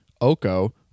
Oko